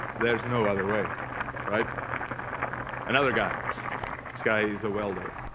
there's no other way right another guy skye is a welder